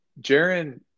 Jaron